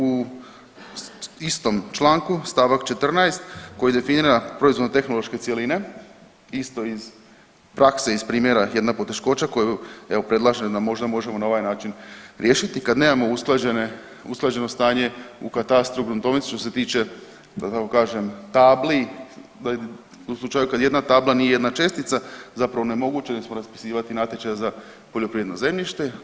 U istom članku stavak 14. koji definira proizvodno-tehnološke cjeline isto iz prakse iz primjera jedna poteškoća koju evo predlažem da možda možemo na ovaj način riješiti kad nemamo usklađeno stanje u katastru, gruntovnici što se tiče da tako kažem tabli, u slučaju kad jedna tabla nije jedna čestica zapravo onemogućili smo raspisivati natječaj za poljoprivredno zemljište.